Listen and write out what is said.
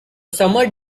summer